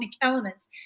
elements